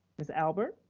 ms. albert?